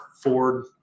Ford